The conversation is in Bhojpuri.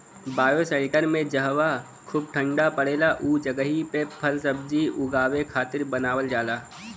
बायोशेल्टर में जहवा खूब ठण्डा पड़ेला उ जगही पे फलसब्जी उगावे खातिर बनावल जाला